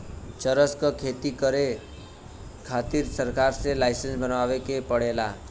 चरस क खेती करे खातिर सरकार से लाईसेंस बनवाए के पड़ेला